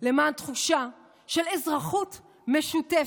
למען תחושה של אזרחות משותפת,